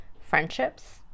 friendships